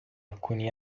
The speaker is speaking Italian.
alcuni